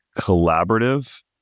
collaborative